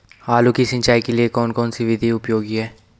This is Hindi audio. आलू की सिंचाई के लिए कौन सी विधि उपयोगी है?